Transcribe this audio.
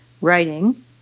writing